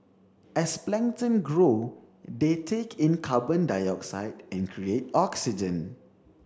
as plankton grow they take in carbon dioxide and create oxygen